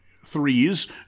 threes